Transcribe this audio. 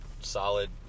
solid